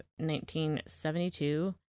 1972